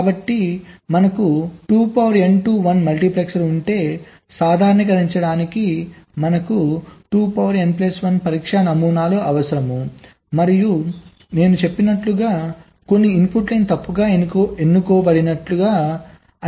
కాబట్టి మనకు to 1 multiplexer ఉంటే సాధారణీకరించడానికి మనకు పరీక్షా నమూనాలు అవసరం మరియు నేను చెప్పినట్లుగా కొన్ని ఇన్పుట్ లైన్ తప్పుగా ఎన్నుకోబడినట్లుగా అన్ని ఫంక్షనల్ లోపాలను గుర్తించవచ్చు